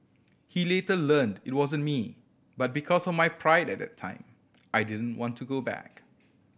he later learned it wasn't me but because of my pride at the time I didn't want to go back